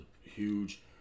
huge